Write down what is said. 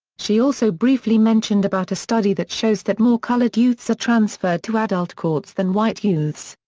she also briefly mentioned about a study that shows that more colored youths are transferred to adult courts than white youths.